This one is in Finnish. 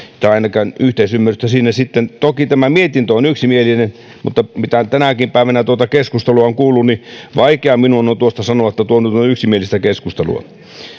tai ainakaan yhteisymmärrystä siinä toki tämä mietintö on yksimielinen mutta mitä tänäkin päivänä tuota keskustelua on kuullut niin vaikea minun on tuosta sanoa että tuo nyt on yksimielistä keskustelua